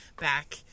back